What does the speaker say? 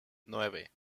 nueve